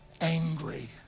angry